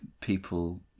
people